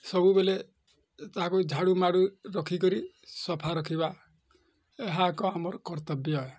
ସବୁବେଳେ ତାକୁ ଝାଡୁ ମାଡୁ ରଖିକରି ସଫା ରଖିବା ଏହା ଏକ ଆମର କର୍ତ୍ତବ୍ୟ